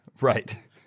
Right